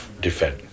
defend